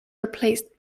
replaced